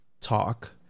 talk